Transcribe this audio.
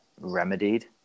remedied